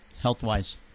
health-wise